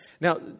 Now